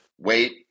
wait